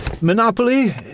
Monopoly